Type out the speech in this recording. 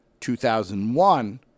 2001